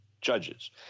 judges